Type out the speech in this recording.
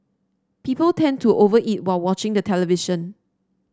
people tend to over eat while watching the television